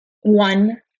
One